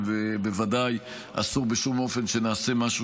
ובוודאי אסור בשום אופן שנעשה משהו